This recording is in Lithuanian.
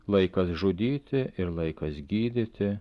laikas žudyti ir laikas gydyti